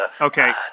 Okay